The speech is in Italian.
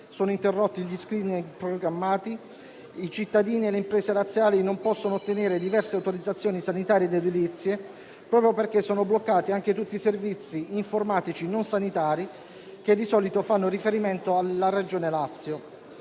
sono interrotti gli *screening* programmati, i cittadini e le imprese laziali non possono ottenere diverse autorizzazioni sanitarie ed edilizie, proprio perché sono bloccati anche tutti i servizi informatici non sanitari che di solito fanno riferimento alla Regione Lazio.